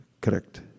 Correct